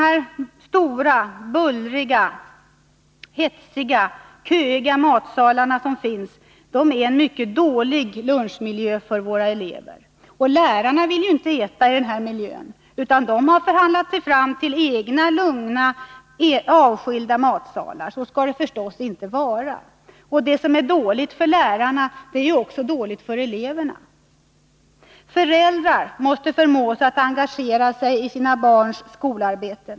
De stora, bullriga, hetsiga, ”köiga” matsalarna är en mycket dålig lunchmiljö för eleverna. Lärarna vill ju inte äta i denna miljö utan har förhandlat sig fram till egna, lugna och avskilda matsalar. Så skall det naturligtvis inte vara. Det som är dåligt för lärarna är ju också dåligt för eleverna. Föräldrarna måste förmås att engagera sig i sina barns skolarbete.